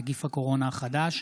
נגיף הקורונה החדש),